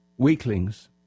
weaklings